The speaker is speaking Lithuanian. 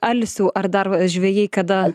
alsių ar dar žvejai kada